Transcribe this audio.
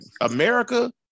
America